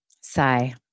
Sigh